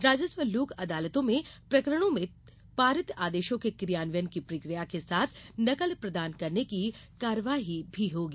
राजस्व लोक अदालतों में प्रकरणों में पारित आदेशों के क्रियान्वयन की प्रक्रिया के साथ नकल प्रदान करने की कार्यवाही भी होगी